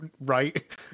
right